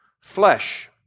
flesh